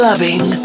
Loving